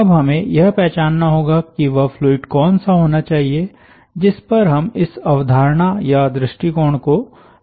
अब हमें यह पहचानना होगा कि वह फ्लूइड कौन सा होना चाहिए जिस पर हम इस अवधारणा या दृष्टिकोण को लागू करते हैं